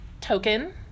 token